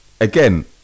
again